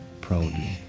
proudly